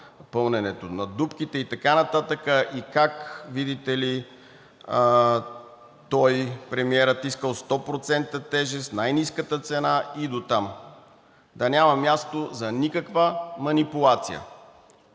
пълненето на дупките и така нататък, как, видите ли, той – премиерът, искал 100% тежест, най-ниската цена и дотам, да няма място за никаква манипулация.